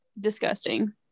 disgusting